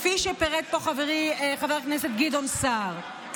כפי שפירט פה חברי חבר הכנסת גדעון סער: